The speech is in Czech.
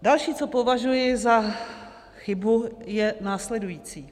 Další, co považuji za chybu, je následující.